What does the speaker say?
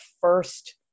first